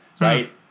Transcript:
right